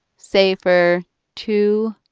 say, for two,